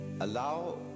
allow